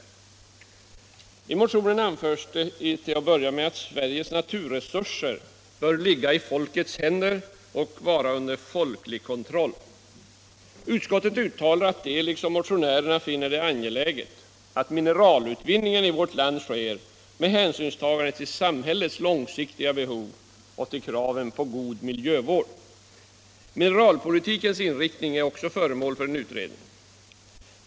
I en av motionerna anförs till att börja med att Sveriges naturresurser bör ligga i folkets händer och vara under folklig kontroll, Utskottet uttalar att det liksom motionärerna finner det angeläget att mineralutvinningen i vårt land sker med hänsynstagande till samhällets långsiktiga behov och till kraven på en god miljövård. Mineralpolitikens inriktning är också föremål för en utredning.